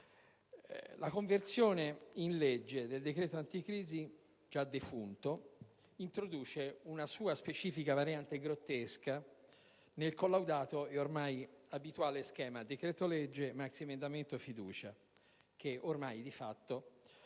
La conversione in legge del decreto anticrisi, già defunto, introduce una sua specifica variante grottesca nel collaudato e ormai abituale schema decreto-legge-maxiemendamento-fiducia, che ormai di fatto ha sequestrato